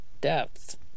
depth